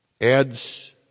Adds